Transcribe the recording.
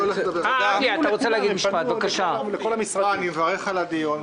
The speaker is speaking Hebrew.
אני מברך על הדיון,